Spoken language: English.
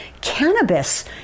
cannabis